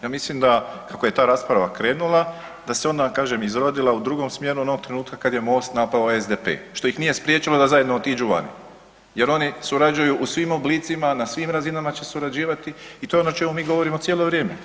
Ja mislim da kako je ta rasprava krenula da se onda kažem izrodila u drugom smjeru onog trenutka kad je MOST napao SDP, što ih nije spriječilo da zajedno otiđu vani jer oni surađuju u svim oblicima, na svim razinama će surađivati i to je ono o čemu mi govorimo cijelo vrijeme.